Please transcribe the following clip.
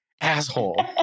asshole